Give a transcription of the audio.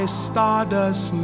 stardust